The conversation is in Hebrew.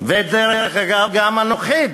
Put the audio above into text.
ודרך אגב גם הנוכחית,